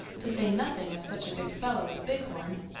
to say nothing of such a big fellow as bighorn.